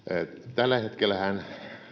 tällä hetkellähän